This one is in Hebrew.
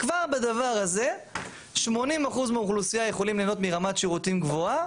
כבר בדבר הזה 80% מהאוכלוסייה יכולים ליהנות מרמת שירותים גבוהה,